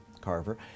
carver